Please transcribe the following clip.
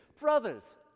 Brothers